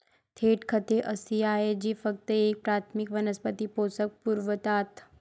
थेट खते अशी आहेत जी फक्त एक प्राथमिक वनस्पती पोषक पुरवतात